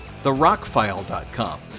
therockfile.com